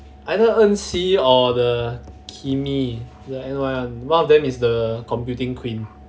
either enqi or the kimi that one one of them is the computing queen